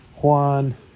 Juan